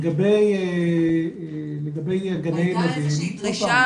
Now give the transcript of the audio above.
לגבי גני ילדים --- עלתה איזושהי דרישה